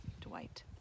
Dwight